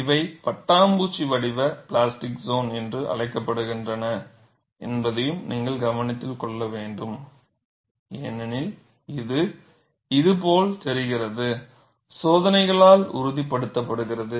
இவை பட்டாம்பூச்சி வடிவ பிளாஸ்டிக் சோன் என்று அழைக்கப்படுகின்றன என்பதையும் நீங்கள் கவனத்தில் கொள்ள வேண்டும் ஏனெனில் இது இது போல் தெரிகிறது சோதனைகளால் உறுதிப்படுத்தப்படுகிறது